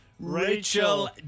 Rachel